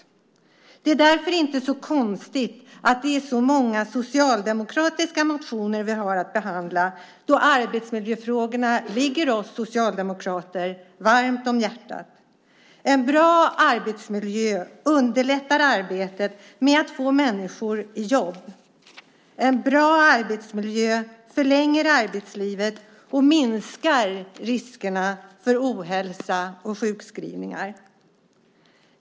Det är inte så konstigt att det är så många socialdemokratiska motioner vi har att behandla, då arbetsmiljöfrågorna ligger oss socialdemokrater varmt om hjärtat. En bra arbetsmiljö underlättar arbetet med att få människor i jobb. En bra arbetsmiljö förlänger arbetslivet och minskar riskerna för ohälsa och sjukskrivningar.